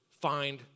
find